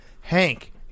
Hank